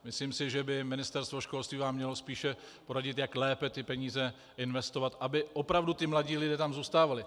Myslím si, že Ministerstvo školství by vám mělo spíše poradit, jak lépe ty peníze investovat, aby tam opravdu ti mladí lidé zůstávali.